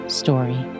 story